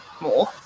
more